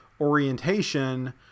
orientation